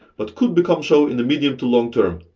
but could become so in the medium to long term.